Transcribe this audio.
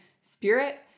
spirit